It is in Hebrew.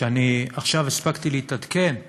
כשאני עכשיו הספקתי להתעדכן בעסקה,